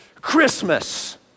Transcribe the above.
Christmas